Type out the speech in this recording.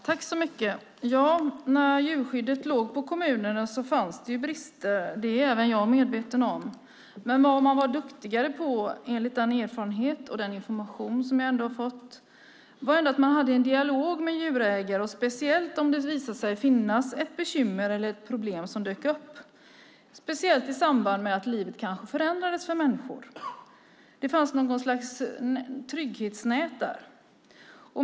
Herr talman! När djurskyddet låg på kommunerna fanns det brister. Det är även jag medveten om. Men det man var duktigare på enligt den erfarenhet och den information som jag ändå har fått var att ha en dialog med djurägare, speciellt om det visade sig finnas ett bekymmer eller ett problem som dök upp i samband med att livet kanske förändrades för människor. Det fanns något slags trygghetsnät där.